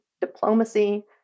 diplomacy